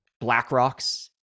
BlackRock's